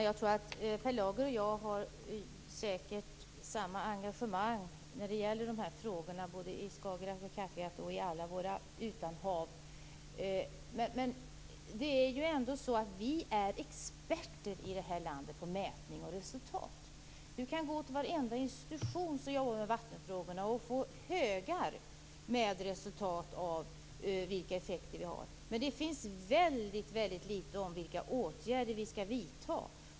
Fru talman! Per Lager och jag har säkerligen samma engagemang i de här frågorna vad gäller både Skagerrak och Kattegatt och alla våra andra utanhav, men det är ändå så att vi är experter i vårt land på mätning och resultat. På varenda institution som har att göra med vattenfrågor kan man få högar av resultat beträffande effekterna, men det finns väldigt litet om vilka åtgärder vi skall vidta.